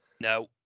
No